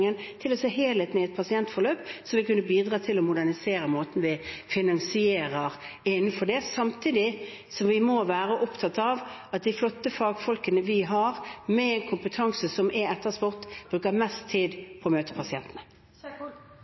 en annen måte. Å gå fra stykkprisfinansiering til å se på helheten i et pasientforløp vil kunne bidra til å modernisere måten vi finansierer det på. Samtidig må vi være opptatt av at de flotte fagfolkene vi har, med en kompetanse som er etterspurt, bruker mest tid på å møte pasientene.